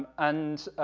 and,